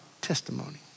testimony